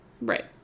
Right